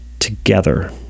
together